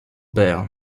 père